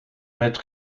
met